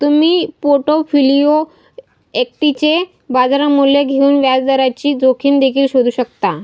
तुम्ही पोर्टफोलिओ इक्विटीचे बाजार मूल्य घेऊन व्याजदराची जोखीम देखील शोधू शकता